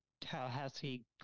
Tallahassee